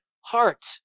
heart